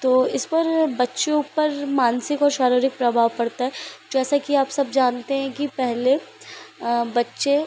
तो इस पर बच्चों पर मानसिक और शारीरिक प्रभाव पड़ता है जैसा कि आप सब जानते हैं कि पहले बच्चे